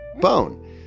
bone